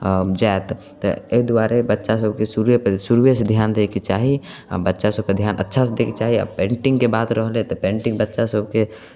जायत तऽ एहि दुआरे बच्चा सभकेँ शुरूए शुरूएसँ ध्यान दैके चाही आ बच्चासभकेँ ध्यान अच्छासँ दैके चाही आ पेन्टिंगके बात रहलै तऽ पेन्टिंग बच्चासभके